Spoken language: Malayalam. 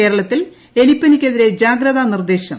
കേരളത്തിൽ എലിപ്പനിക്കെതിരെ ജാഗത്രാ നിർദ്ദേശം